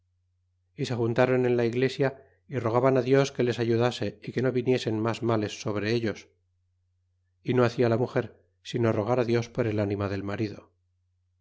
y se juntáron en la iglesia y rogaban dios que les ayudase y que no viniesen mas males sobre ellos y no hacia la muger sino rogar á dios por el anima del marido